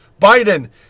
Biden